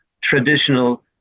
traditional